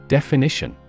Definition